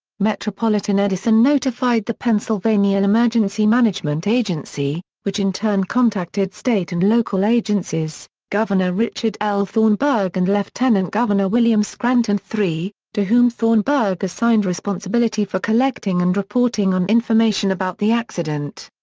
metropolitan edison notified the pennsylvania emergency management agency, which in turn contacted state and local agencies, governor richard l. thornburgh and lieutenant governor william scranton iii, to whom thornburgh assigned responsibility for collecting and reporting on information about the accident.